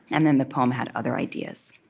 and then the poem had other ideas